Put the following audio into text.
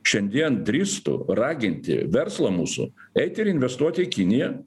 šiandien drįstu raginti verslą mūsų eiti ir investuoti į kiniją